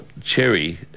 cherry